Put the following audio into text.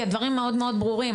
כי הדברים מאוד מאוד ברורים,